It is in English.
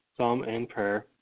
psalmandprayer